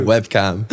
Webcam